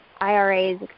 IRAs